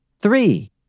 Three